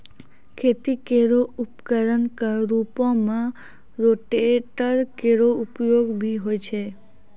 खेती केरो उपकरण क रूपों में रोटेटर केरो उपयोग भी होय छै